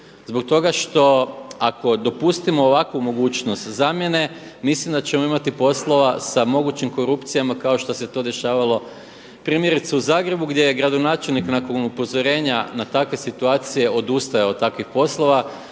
zbog toga što ako dopustimo ovakvu mogućnost zamjene mislim da ćemo imati poslova sa mogućim korupcijama kao što se to dešavalo primjerice u Zagrebu gdje je gradonačelnik nakon upozorenja na takve situacije odustajao od takvih poslova.